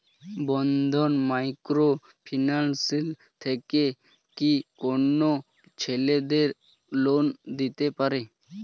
বন্ধন micro finance থেকে কি কোন ছেলেদের লোন দিতে পারে?